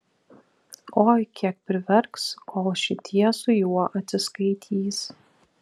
oi kiek priverks kol šitie su juo atsiskaitys